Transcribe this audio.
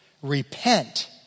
repent